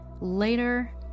later